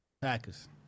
Packers